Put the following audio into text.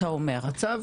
אנו